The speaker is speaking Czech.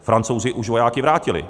Francouzi už vojáky vrátili.